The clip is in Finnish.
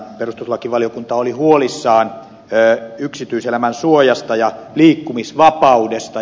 perustuslakivaliokunta oli huolissaan yksityiselämän suojasta ja liikkumisvapaudesta